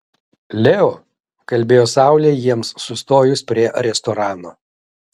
leo kalbėjo saulė jiems sustojus prie restorano